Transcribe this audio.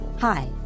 Hi